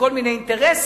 ועומדים כל מיני אינטרסים,